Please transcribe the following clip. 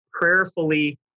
prayerfully